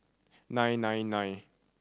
nine nine nine